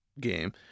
game